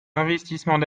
investissements